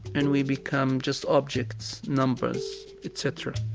and we become just objects, numbers, etc